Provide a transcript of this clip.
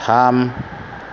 थाम